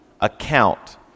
account